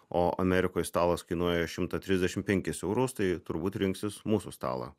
o amerikoj stalas kainuoja šimtą trisdešimt penkis eurus tai turbūt rinksis mūsų stalą